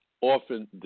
often